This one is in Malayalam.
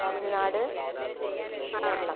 തമിഴ്നാട് കേരളം